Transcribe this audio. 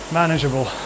manageable